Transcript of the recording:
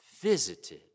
visited